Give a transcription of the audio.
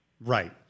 Right